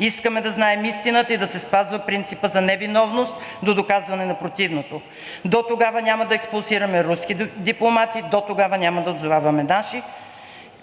Искаме да знаем истината и да се спазва принципът за невиновност до доказване на противното. Дотогава няма да експулсираме руски дипломати. Дотогава няма да отзоваваме наши.